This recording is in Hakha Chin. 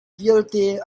vialte